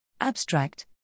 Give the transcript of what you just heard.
ABSTRACT